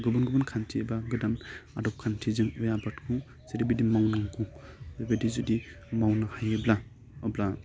गुबुन गुबुन खान्थि बा गोदान आदब खान्थिजों जाय आबादखौ जेरैबायदि मावनांगौ बे बायदि जुदि मावनो हायोब्ला अब्ला